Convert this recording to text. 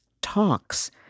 talks